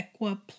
Equa